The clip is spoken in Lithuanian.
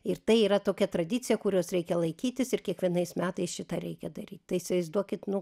ir tai yra tokia tradicija kurios reikia laikytis ir kiekvienais metais šitą reikia daryt tai įsivaizduokit nu